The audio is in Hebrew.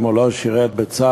אם הוא לא שירת בצה"ל,